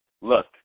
Look